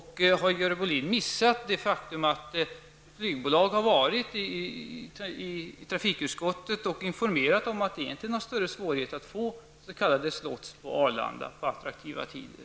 Har Görel Bohlin missat det faktum att flygbola gen har besökt trafikutskottet och informerat om att det inte är några större svårigheter att få s.k. slots på Arlanda på attraktiva tider?